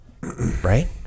right